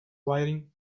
writing